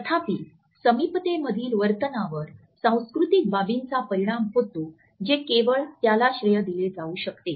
तथापि समीपतेमधील वर्तनावर सांस्कृतिक बाबींचा परिणाम होते जे केवळ त्याला श्रेय दिले जाऊ शकते